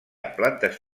plantes